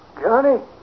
Johnny